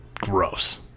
Gross